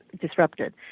disrupted